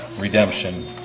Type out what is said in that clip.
redemption